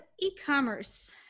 e-commerce